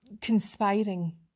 conspiring